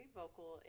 vocal